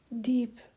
Deep